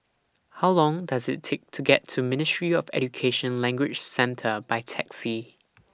How Long Does IT Take to get to Ministry of Education Language Centre By Taxi